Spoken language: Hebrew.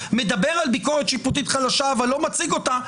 שאתה מדבר על ביקורת שיפוטית חלשה אבל לא מציג אותה,